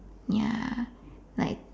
ya like